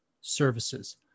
Services